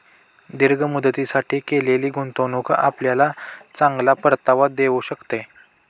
दीर्घ मुदतीसाठी केलेली गुंतवणूक आपल्याला चांगला परतावा देऊ शकते